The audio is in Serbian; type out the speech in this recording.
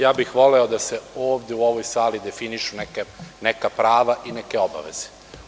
Ja bih voleo da se ovde u ovoj sali definišu neka prava i neke obaveze.